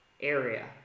area